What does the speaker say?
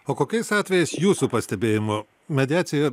o kokiais atvejais jūsų pastebėjimu mediacija